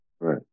Right